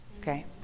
okay